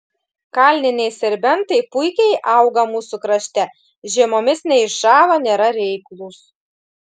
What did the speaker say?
kalniniai serbentai puikiai auga mūsų krašte žiemomis neiššąla nėra reiklūs